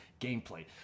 gameplay